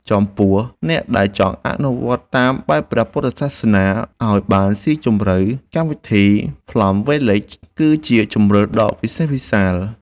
ចំពោះអ្នកដែលចង់អនុវត្តតាមបែបព្រះពុទ្ធសាសនាឱ្យបានស៊ីជម្រៅកម្មវិធី ផ្លាំ វីលេច (Plum Village) គឺជាជម្រើសដ៏វិសេសវិសាល។